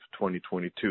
2022